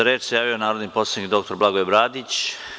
Reč ima narodni poslanik dr Blagoje Bradić.